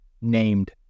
named